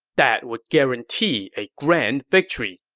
that would guarantee a grand victory.